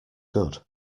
good